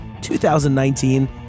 2019